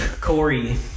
Corey